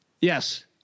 yes